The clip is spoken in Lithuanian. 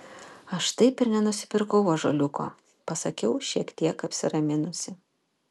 aš taip ir nenusipirkau ąžuoliuko pasakiau šiek tiek apsiraminusi